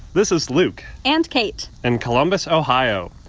this is luke. and kate. in columbus, ohio.